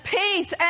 peace